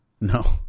No